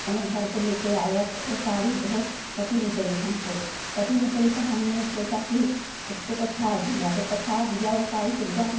अपने घर पर लेकर आया तो वह साड़ी बहुत कटी निकली हमको कटी निकली तो हमने सोचा कि उसको पछाड़ दिया जब पछाड़ दिया वह साड़ी तो एकदम